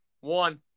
One